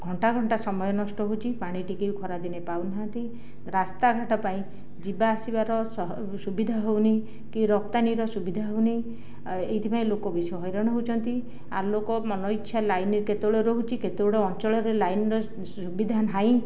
ଘଣ୍ଟା ଘଣ୍ଟା ସମୟ ନଷ୍ଟ ହେଉଛି ପାଣି ଟିକେ ଖରା ଦିନେ ପାଉ ନାହାଁନ୍ତି ରାସ୍ତାଘାଟ ପାଇଁ ଯିବା ଆସିବାର ସୁବିଧା ହେଉନି କି ରପ୍ତାନିର ସୁବିଧା ହେଉନି ଏହିଥିପାଇଁ ଲୋକ ବେଶୀ ହଇରାଣ ହେଉଚନ୍ତି ଆଲୋକ ମନ ଇଚ୍ଛା ଲାଇନ୍ କେତେବେଳେ ରହୁଛି କେତେଗୁଡ଼େ ଅଞ୍ଚଳରେ ଲାଇନ୍ର ସୁବିଧା ନାହିଁ